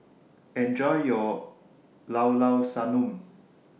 Enjoy your Llao Llao Sanum